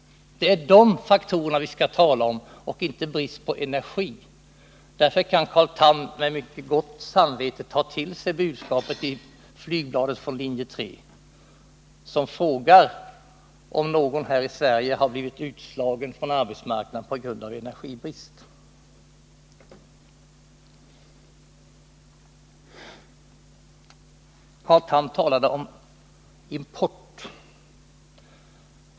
Det är dessa faktorer vi skall tala om och inte brist på energi. Därför kan Carl Tham med mycket gott samvete ta till sig budskapet i flygbladet från linje 3, där det frågas om någon här i Sverige blivit utslagen från arbetsmarknaden på grund av energibrist. Carl Tham talade om import.